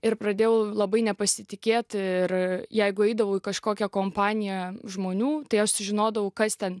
ir pradėjau labai nepasitikėti ir jeigu eidavau į kažkokią kompaniją žmonių tai aš sužinodavau kas ten